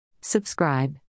Subscribe